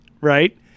right